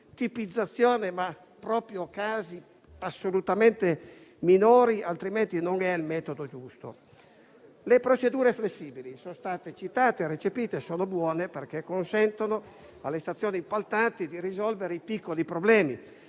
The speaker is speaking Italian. limitata a casi assolutamente minori, altrimenti non è il metodo giusto. Le procedure flessibili, che sono state citate e recepite, sono buone perché consentono alle stazioni appaltanti di risolvere i piccoli problemi,